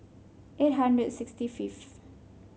eight hundred and sixty fifth